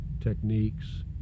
techniques